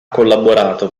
collaborato